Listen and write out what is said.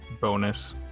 bonus